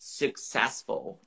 successful